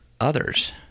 others